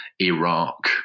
Iraq